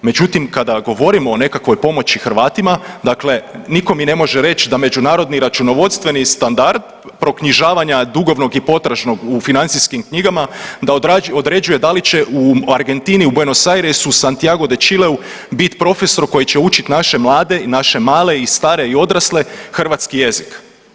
Međutim, kada govorimo o nekakvoj pomoći Hrvatima dakle nitko mi ne može reći da međunarodni računovodstveni standard proknjižavanja dugovnog i potražnog u financijskim knjigama da određuje da li će u Argentini u Buenos Airesu, Santiago de Chileu bit profesor koji će učiti naše mlade i naše male i stare i odrasle hrvatski jezik.